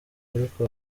ariko